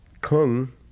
Kung